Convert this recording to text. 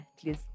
please